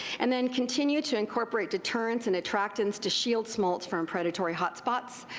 and then continue to incorporate deterrents and attractants to shield smolts from predatory hot spots.